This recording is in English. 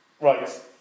Right